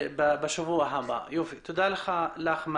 תודה לך.